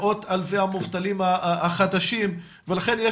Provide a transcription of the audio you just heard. מאות-אלפי המובטלים החדשים ולכן,